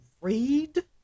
read